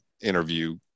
interview